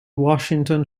washington